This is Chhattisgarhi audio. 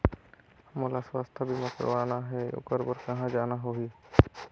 मोला स्वास्थ बीमा कराना हे ओकर बार कहा जाना होही?